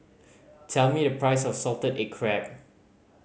tell me the price of salted egg crab